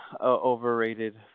overrated